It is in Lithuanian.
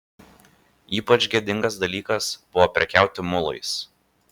ypač gėdingas dalykas buvo prekiauti mulais